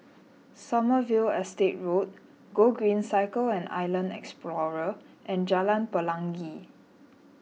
Sommerville Estate Road Gogreen Cycle and Island Explorer and Jalan Pelangi